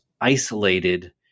isolated